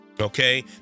okay